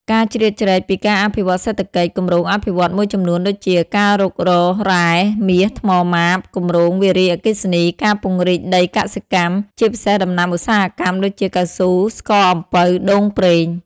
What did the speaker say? ការជ្រៀតជ្រែកពីការអភិវឌ្ឍសេដ្ឋកិច្ច គម្រោងអភិវឌ្ឍន៍មួយចំនួនដូចជា ការរុករករ៉ែ មាស ថ្មម៉ាប គម្រោងវារីអគ្គិសនី ការពង្រីកដីកសិកម្ម ជាពិសេសដំណាំឧស្សាហកម្មដូចជា កៅស៊ូ ស្ករអំពៅ ដូងប្រេង។